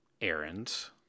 errands